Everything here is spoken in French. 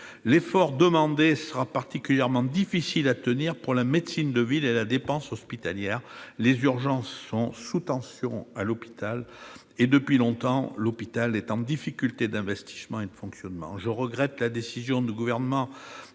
L'effort demandé sera particulièrement difficile à tenir pour la médecine de ville et la dépense hospitalière. Les urgences sont sous tension à l'hôpital et, depuis longtemps, l'hôpital est en difficulté d'investissement et de fonctionnement. Je regrette la décision du Gouvernement